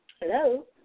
Hello